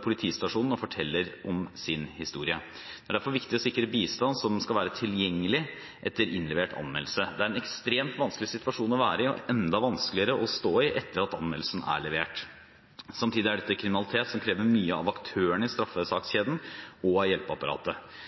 politistasjonen og forteller om sin historie. Det er derfor viktig å sikre bistand som skal være tilgjengelig etter innlevert anmeldelse. Det er en ekstremt vanskelig situasjon å være i – og enda vanskeligere å stå i etter at anmeldelsen er levert. Samtidig er dette kriminalitet som krever mye av aktørene i straffesakskjeden og av hjelpeapparatet.